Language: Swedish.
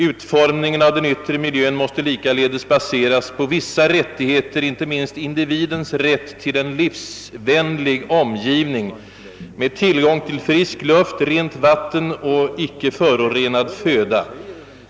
Utformningen av den yttre miljön måste likaledes baseras på vissa rättigheter, inte minst individens rätt till en livsvänlig omgivning med tillgång till frisk luft, rent vatten och icke förorenad föda.